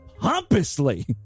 pompously